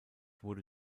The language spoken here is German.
wurde